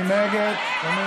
מי נגד ומי